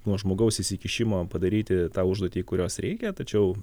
nuo žmogaus įsikišimo padaryti tą užduotį kurios reikia tačiau